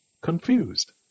confused